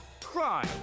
crime